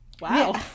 wow